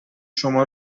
شما